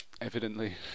Evidently